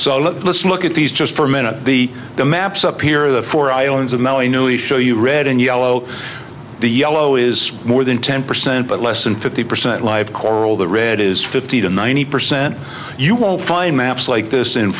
so let's look at these just for a minute the the maps up here the four islands of melanoma show you red and yellow the yellow is more than ten percent but less than fifty percent live coral the red is fifty to ninety percent you will find maps like this